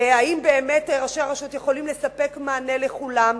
האם באמת ראשי הרשויות יכולים לספק מענה לכולם,